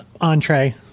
entree